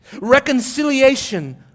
Reconciliation